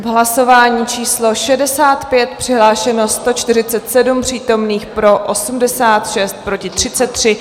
V hlasování číslo 65 přihlášeno 147 přítomných, pro 86, proti 33.